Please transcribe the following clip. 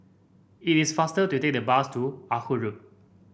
it is faster to take the bus to Ah Hood Road